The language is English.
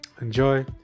enjoy